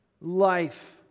life